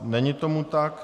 Není tomu tak.